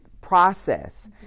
process